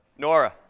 Nora